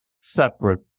separate